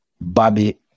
Bobby